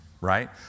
right